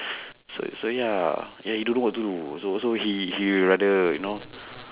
so so ya ya he don't know what to do so so he he rather you know